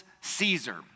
Caesar